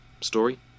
story